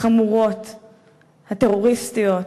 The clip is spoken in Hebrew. החמורות, הטרוריסטיות,